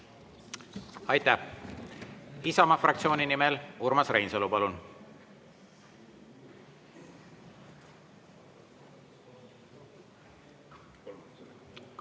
Aitäh! Isamaa fraktsiooni nimel Urmas Reinsalu, palun!